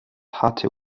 hatte